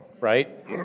right